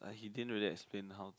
like he didn't really explain how